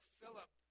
Philip